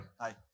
Hi